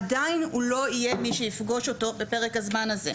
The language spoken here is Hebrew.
עדיין הוא לא יהיה מי שיפגוש אותו בפרק הזמן הזה.